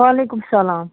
وعلیکُم سلام